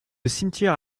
cimetière